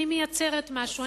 שאני מייצרת משהו,